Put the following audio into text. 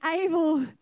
able